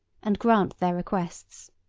and grant their requests.